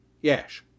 yes